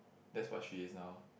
that's what she is now